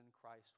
christ